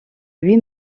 lui